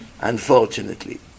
Unfortunately